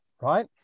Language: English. right